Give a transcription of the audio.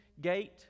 gate